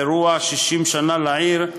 אירוע 60 שנה לעיר,